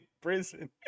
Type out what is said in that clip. prison